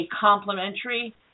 complementary